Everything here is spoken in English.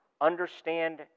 Understand